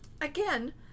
again